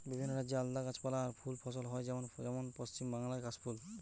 বিভিন্ন রাজ্যে আলদা গাছপালা আর ফুল ফসল হয় যেমন যেমন পশ্চিম বাংলায় কাশ ফুল